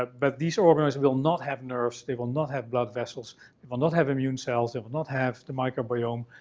but but these organoids will not have nerves they will not have blood vessels they will not have immune cells they will not have the microbiome,